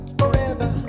forever